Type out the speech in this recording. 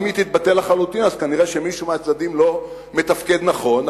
אם הוא יתבטל לחלוטין אז כנראה מישהו מהצדדים לא מתפקד נכון.